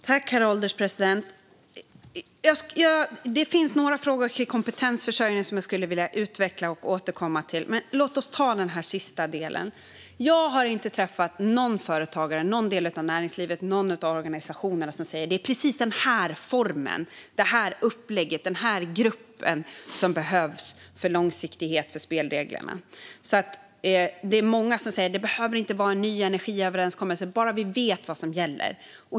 Herr ålderspresident! Det finns några frågor om kompetensförsörjning som jag skulle vilja utveckla och återkomma till, men låt oss ta upp den sista delen. Jag har inte träffat någon företagare från någon del av näringslivet eller någon organisation som säger att det är precis den här formen, det här upplägget eller den här gruppen som behövs för långsiktighet för spelreglerna. Många säger att det inte behöver vara fråga om en ny energiöverenskommelse, bara de vet vad som gäller.